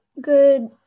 Good